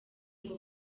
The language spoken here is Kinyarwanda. ngo